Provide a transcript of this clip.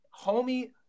Homie